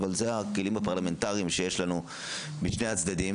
אבל אלו הכלים הפרלמנטריים שיש לנו משני הצדדים